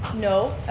no,